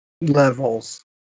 levels